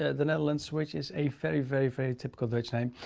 the netherlands, which is a very, very, very typical dutch name.